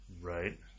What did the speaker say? Right